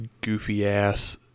goofy-ass